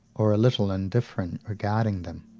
or a little indifferent, regarding them.